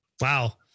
Wow